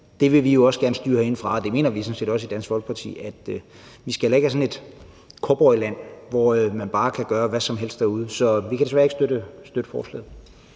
Det vil vi også gerne styre herindefra, og det mener vi sådan set også i Dansk Folkeparti – vi skal jo ikke have sådan et cowboyland, hvor man bare kan gøre hvad som helst derude. Så vi kan desværre ikke støtte forslaget.